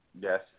Yes